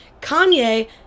Kanye